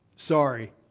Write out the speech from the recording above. Sorry